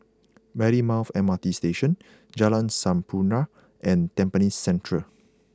Marymount M R T Station Jalan Sampurna and Tampines Central